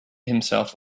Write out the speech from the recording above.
himself